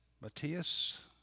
Matthias